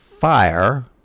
fire